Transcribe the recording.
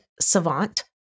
Savant